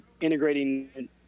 integrating